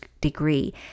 degree